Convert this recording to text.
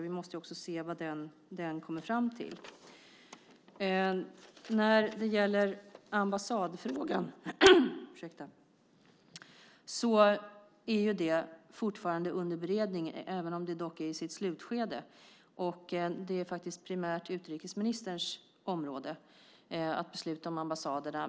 Vi måste också se vad den kommer fram till. Ambassadfrågan är fortfarande under beredning, även om den är i sitt slutskede. Det är faktiskt primärt utrikesministerns område att besluta om ambassaderna.